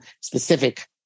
specific